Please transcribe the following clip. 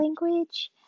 language